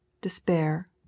despair